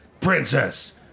Princess